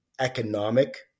economic